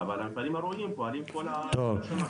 אבל המפעלים הראויים פועלים כל השנה.